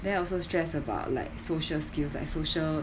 then I also stressed about like social skills like social